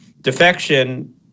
defection